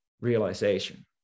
realization